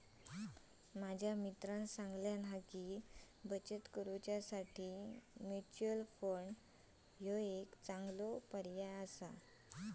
माझ्या दोस्तानं सांगल्यान हा की, बचत करुसाठी म्हणान म्युच्युअल फंड ह्यो एक चांगलो पर्याय आसा